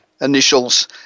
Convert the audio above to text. initials